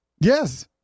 Yes